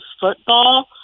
football